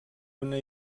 una